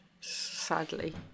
sadly